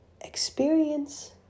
experience